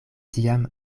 tiam